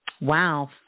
Wow